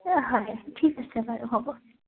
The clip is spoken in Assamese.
হয় ঠিক আছে বাৰু হ'ব